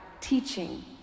teaching